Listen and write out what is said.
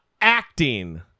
acting